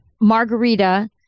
Margarita